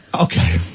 Okay